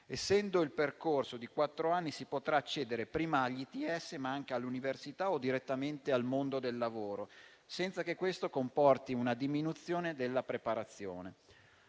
Essendo il percorso di quattro anni, si potrà accedere prima agli ITS, ma anche all'università o direttamente al mondo del lavoro, senza che questo comporti una diminuzione della preparazione.